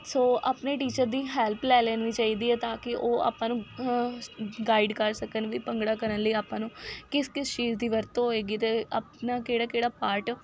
ਸੋ ਆਪਣੇ ਟੀਚਰ ਦੀ ਹੈਲਪ ਲੈ ਲੈਣੀ ਚਾਹੀਦੀ ਹੈ ਤਾਂ ਕਿ ਉਹ ਆਪਾਂ ਨੂੰ ਗਾਈਡ ਕਰ ਸਕਣ ਵੀ ਭੰਗੜਾ ਕਰਨ ਲਈ ਆਪਾਂ ਨੂੰ ਕਿਸ ਕਿਸ ਚੀਜ਼ ਦੀ ਵਰਤੋਂ ਹੋਵੇਗੀ ਅਤੇ ਆਪਣਾ ਕਿਹੜਾ ਕਿਹੜਾ ਪਾਰਟ